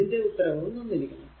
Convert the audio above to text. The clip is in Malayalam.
ഇതിന്റെ ഉത്തരവും തന്നിരിക്കുന്നു